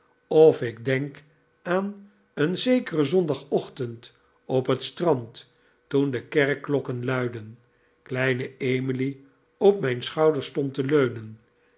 of ik denk aan een zekeren zondagochtend op het strand toen de kerkklokken luidden kleine emily op mijn schouder stond te leuneri